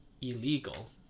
illegal